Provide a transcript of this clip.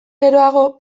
geroago